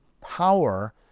power